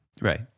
Right